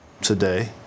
today